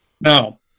Now